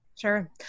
sure